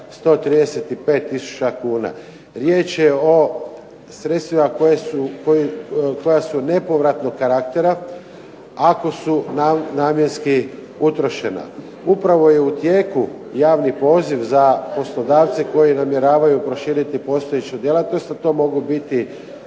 135 tisuća kuna. Riječ je o sredstvima koja su nepovratnog karaktera ako su namjenski utrošena. Upravo je u tijeku javni poziv za poslodavce koji namjeravaju proširiti postojeću djelatnost, a to mogu biti